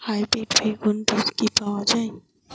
Hybrid বেগুন বীজ কি পাওয়া য়ায়?